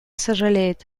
сожалеет